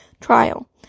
trial